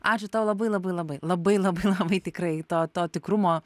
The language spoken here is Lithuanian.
ačiū tau labai labai labai labai labai labai tikrai to to tikrumo